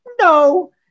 No